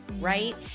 right